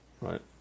Right